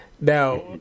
Now